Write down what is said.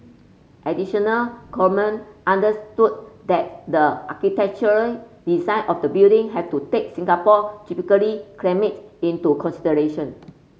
additional Coleman understood that the architectural design of the building had to take Singapore tropical climate into consideration